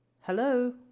Hello